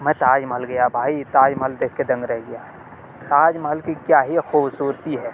میں تاج محل گیا بھائی تاج محل دیکھ کے دنگ رہ گیا تاج محل کی کیا ہی خوبصورتی ہے